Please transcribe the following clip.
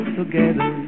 together